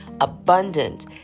abundant